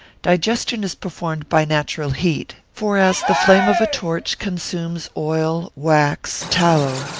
digestion is performed by natural heat for as the flame of a torch consumes oil, wax, tallow,